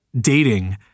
dating